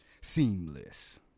Seamless